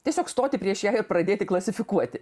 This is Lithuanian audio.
tiesiog stoti prieš ją ir pradėti klasifikuoti